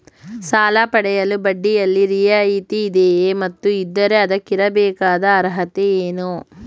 ಸಾಲ ಪಡೆಯಲು ಬಡ್ಡಿಯಲ್ಲಿ ರಿಯಾಯಿತಿ ಇದೆಯೇ ಮತ್ತು ಇದ್ದರೆ ಅದಕ್ಕಿರಬೇಕಾದ ಅರ್ಹತೆ ಏನು?